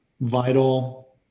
vital